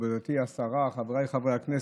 מכובדתי השרה, חבריי חברי הכנסת,